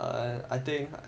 err I think I ya lor